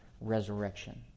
resurrection